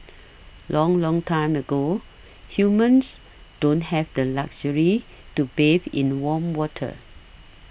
long long time ago humans don't have the luxury to bathe in warm water